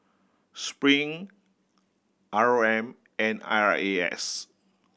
Spring R O M and I R A S